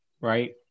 right